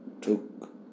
took